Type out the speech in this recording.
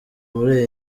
muri